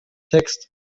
text